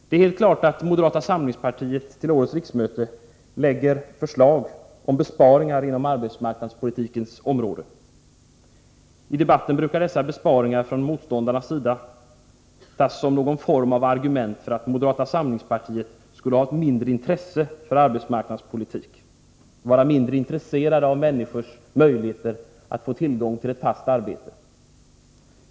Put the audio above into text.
Det är helt klart att moderata samlingspartiet till årets riksmöte lägger fram förslag om besparingar inom arbetsmarknadspolitikens område. I debatten brukar dessa besparingar från motståndarnas sida tas som någon form av argument för att moderata samlingspartiet skulle ha ett mindre intresse för arbetsmarknadspolitik, vara mindre intresserat av människors möjligheter att få tillgång till ett fast arbete.